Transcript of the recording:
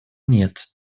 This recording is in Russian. нет